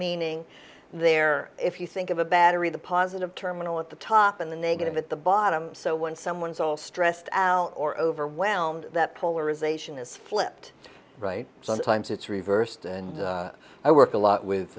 meaning there if you think of a battery the positive terminal at the top and the negative at the bottom so when someone is all stressed or overwhelmed that polarization is flipped right sometimes it's reversed and i work a lot with